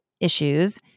issues